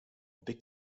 big